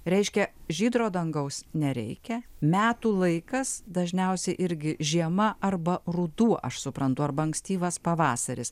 reiškia žydro dangaus nereikia metų laikas dažniausiai irgi žiema arba ruduo aš suprantu arba ankstyvas pavasaris